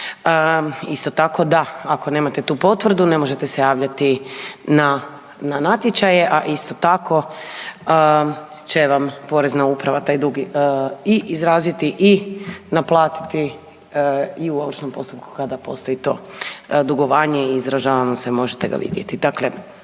Isto tako da, ako nemate tu potvrdu ne možete se javljati na natječaje, a isto tako će vam Porezna uprava taj dug i izraziti i naplatiti i u ovršnom postupku kada postoji to dugovanje i izražavam se i možete ga vidjeti.